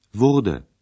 Wurde